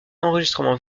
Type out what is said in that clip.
enregistrement